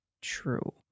true